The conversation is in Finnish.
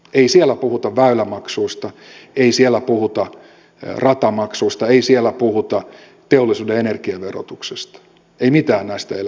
ei siellä puhuta väylämaksuista ei siellä puhuta ratamaksuista ei siellä puhuta teollisuuden energiaverotuksesta ei mistään näistä elementeistä